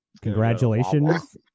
congratulations